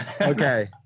Okay